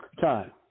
Time